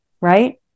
right